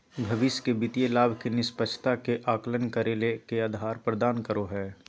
भविष्य के वित्तीय लाभ के निष्पक्षता के आकलन करे ले के आधार प्रदान करो हइ?